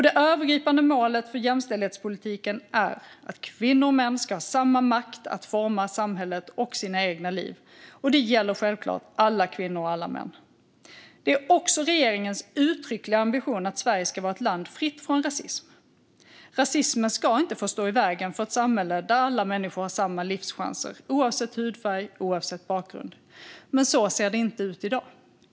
Det övergripande målet för jämställdhetspolitiken är att kvinnor och män ska ha samma makt att forma samhället och sitt eget liv. Det gäller självklart alla kvinnor och alla män. Det är också regeringens uttryckliga ambition att Sverige ska vara ett land fritt från rasism. Rasismen ska inte få stå i vägen för ett samhälle där alla människor, oavsett hudfärg och oavsett bakgrund, har samma livschanser. Så ser det inte ut i dag.